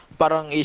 parang